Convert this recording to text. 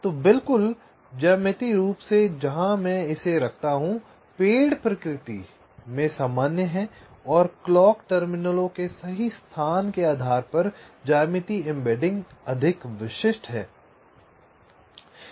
तो बिल्कुल ज्यामितीय रूप से जहां मैं इसे रखता हूं पेड़ प्रकृति में सामान्य है और क्लॉक टर्मिनलों के सही स्थान के आधार पर ज्यामितीय एम्बेडिंग अधिक विशिष्ट है